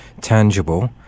tangible